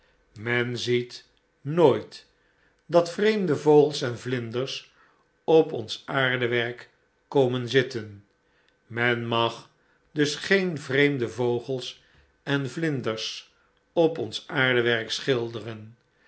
men ziet nooit dat vreemde vogels en vlinders op ons aardewerk komen zitten men mag dus geen vreemde vogels en vlinders op ons aardewerk schilderen